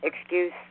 excuse